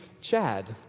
Chad